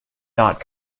not